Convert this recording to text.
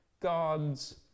God's